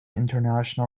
international